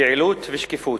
יעילות ושקיפות.